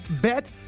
bet